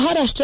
Maharashtra